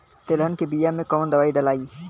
तेलहन के बिया मे कवन दवाई डलाई?